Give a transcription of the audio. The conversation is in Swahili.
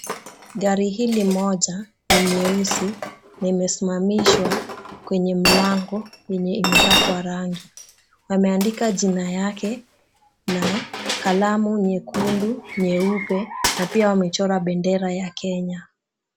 Gari hili moja ni nyeusi limesmamishwa kwenye mlango yenye imepakwa rangi. Wameandika jina yake na kalamu nyekundu, nyeupe na pia wamechora bendera ya Kenya.